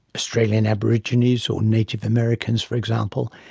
australian aboriginals or native americans for example,